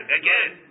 again